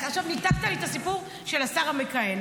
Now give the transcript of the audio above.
עכשיו ניתקת לי את הסיפור של השר המכהן.